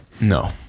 no